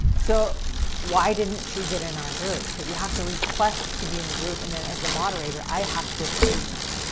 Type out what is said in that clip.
so why didn't she get in our group? because you have to request to be in the group and then as the moderator, i have to approve you.